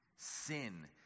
Sin